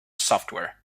software